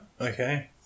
Okay